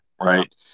right